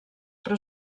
però